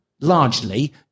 largely